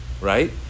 Right